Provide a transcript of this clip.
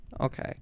okay